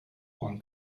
juan